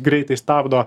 greitai stabdo